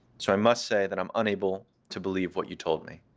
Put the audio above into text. so i must say that i'm unable to believe what you told me